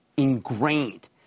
ingrained